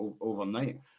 overnight